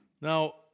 Now